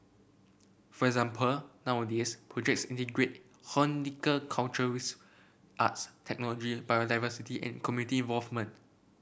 for example nowadays projects integrate horticulture with arts technology biodiversity and community involvement